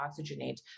oxygenate